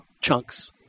chunks